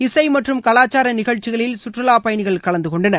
இசை மற்றும் கலாச்சார நிகழ்ச்சிகளில் சுற்றுலாப் பயணிகள் கலந்து கொண்டனர்